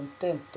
contento